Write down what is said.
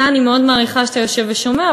אני מאוד מעריכה את זה שאתה יושב ושומע,